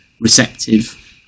receptive